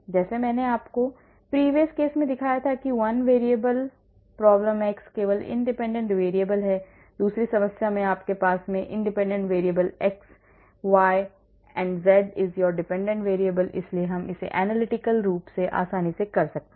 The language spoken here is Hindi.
जैसे मैंने आपको previous case में दिखाया था कि one variable problem x केवल independent variableहै या दूसरी समस्या में आपके पास दोindependent variables x and y z is your dependent variable इसलिए हम इसे analytical रूप से आसानी से कर सकते हैं